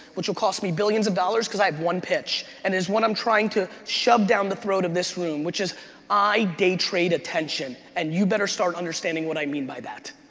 which will cost me billions of dollars because i have one pitch, and is what i'm trying to shove down the throat of this room which is i day trade attention and you better start understanding what i mean by that.